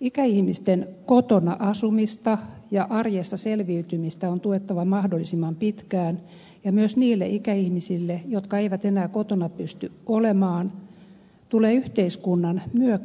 ikäihmisten kotona asumista ja arjessa selviytymistä on tuettava mahdollisimman pitkään ja myös niille ikäihmisille jotka eivät enää kotona pysty olemaan tulee yhteiskunnan